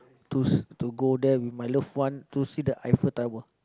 to s~ to go there with my love one to see the Eiffel-Tower